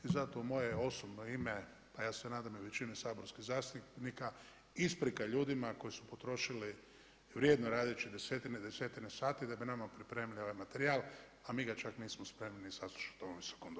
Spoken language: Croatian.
I zato u moje osobno ime, pa ja se nadam i većine saborskih zastupnika isprika ljudima koji su potrošili vrijedno radeći desetine i desetine sati da bi nama pripremili ovaj materijal, a mi ga čak nismo spremni ni saslušati u ovom Visokom domu.